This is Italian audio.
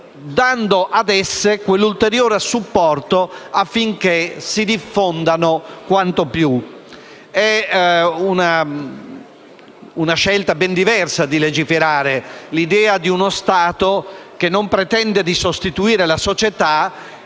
dando ad esse quell'ulteriore supporto affinché si diffondano quanto più. È una scelta ben diversa di legiferare, che si rifà all'idea di uno Stato che non pretende di sostituirsi alla società,